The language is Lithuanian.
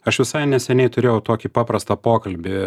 aš visai neseniai turėjau tokį paprastą pokalbį